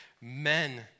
men